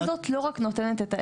הטבלה הזאת לא רק נותנת את העשר,